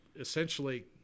essentially